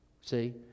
See